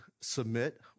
submit